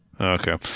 Okay